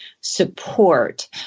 support